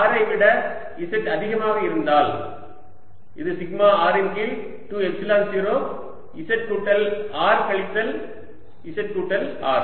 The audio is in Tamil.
R ஐ விட Z அதிகமாக இருந்தால் இது சிக்மா R இன் கீழ் 2 எப்சிலன் 0 z கூட்டல் R கழித்தல் z கூட்டல் R